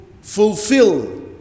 fulfill